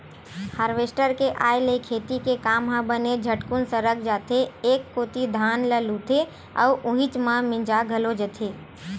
harvester के आय ले खेती के काम ह बने झटकुन सरक जाथे एक कोती धान ल लुथे अउ उहीच म मिंजा घलो जथे